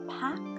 pack